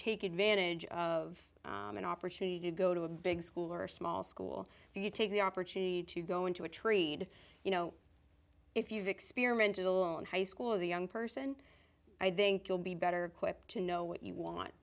take advantage of an opportunity to go to a big school or a small school you take the opportunity to go into a tree and you know if you've experimental in high school as a young person i think you'll be better equipped to know what you want